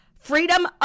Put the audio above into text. freedom